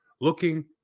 looking